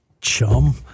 Chum